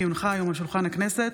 כי הונחה היום על שולחן הכנסת,